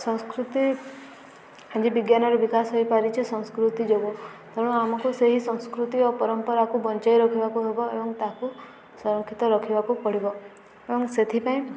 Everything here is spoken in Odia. ସଂସ୍କୃତି ଜିି ବିଜ୍ଞାନର ବିକାଶ ହୋଇପାରିଛେ ସଂସ୍କୃତି ଯୋଗୁ ତେଣୁ ଆମକୁ ସେହି ସଂସ୍କୃତି ଓ ପରମ୍ପରାକୁ ବଞ୍ଚାଇ ରଖିବାକୁ ହେବ ଏବଂ ତାକୁ ସଂରକ୍ଷିତ ରଖିବାକୁ ପଡ଼ିବ ଏବଂ ସେଥିପାଇଁ